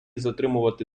затримувати